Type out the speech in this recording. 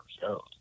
shows